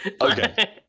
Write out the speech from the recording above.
Okay